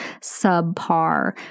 subpar